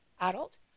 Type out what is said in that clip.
adult